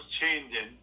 changing